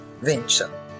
venture